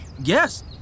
Yes